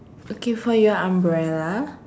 okay for your umbrella